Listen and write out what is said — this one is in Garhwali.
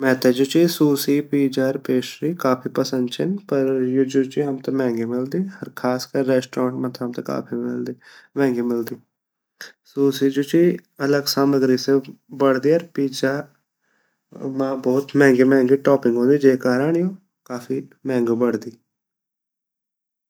मेते जु ची शुशी पिज़्ज़ा अर पेस्ट्री काफी पसंद ची पर यु जु छिन उ हमते काफी मेहंगी मिलदी अर ख़ास कर की रेस्ट्रॉन्ट मा ता हमते काफी महंगी मिलदी शुशी जु ची अलग सामग्री से बंडदी अर पिज़्ज़ा मा भोत मेहंगी-मेहंगी टॉपिंग वोन्दि जेगा कारंड यू काफी मेहंगी बंडदी।